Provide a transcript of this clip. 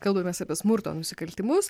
kalbamės apie smurto nusikaltimus